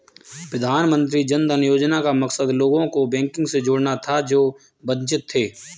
प्रधानमंत्री जन धन योजना का मकसद लोगों को बैंकिंग से जोड़ना था जो वंचित थे